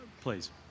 Please